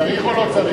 צריך או לא צריך?